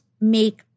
make